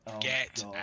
get